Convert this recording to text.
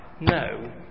no